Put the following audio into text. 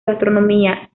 gastronomía